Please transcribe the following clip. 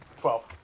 Twelve